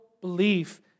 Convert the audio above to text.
belief